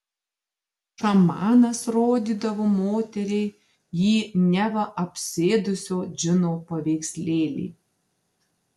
šamanas rodydavo moteriai jį neva apsėdusio džino paveikslėlį